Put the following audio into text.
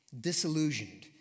disillusioned